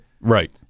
Right